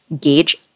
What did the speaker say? gauge